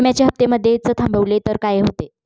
विम्याचे हफ्ते मधेच थांबवले तर काय होते?